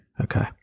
okay